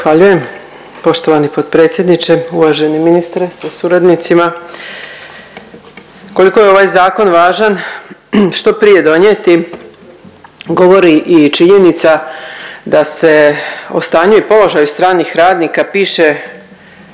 Zahvaljujem poštovani potpredsjedniče. Uvaženi ministre sa suradnicima, koliko je ovaj zakon važan što prije donijeti govori i činjenica da se o stanju i položaju stranih radnika piše